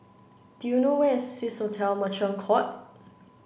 do you know where is Swissotel Merchant Court